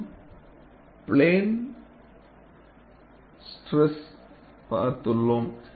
நாம் plane stress பார்த்துள்ளோம்